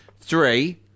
Three